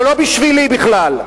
זה לא בשבילי בכלל.